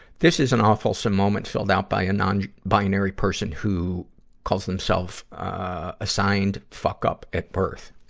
this is an awfulsome moment filled out by a non-binary person who calls themself, ah, assigned fuck-up at birth.